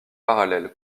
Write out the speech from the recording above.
parallèles